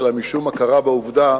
אלא משום הכרה בעובדה